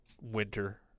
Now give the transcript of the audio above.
winter